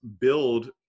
build